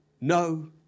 no